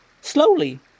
Slowly